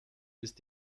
ist